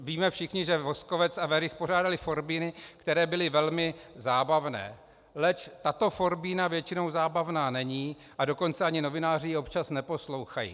Víme všichni, že Voskovec a Werich pořádali forbíny, které byly velmi zábavné, leč tato forbína většinou zábavná není, a dokonce ani novináři ji občas neposlouchají.